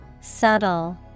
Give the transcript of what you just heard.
Subtle